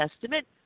Testament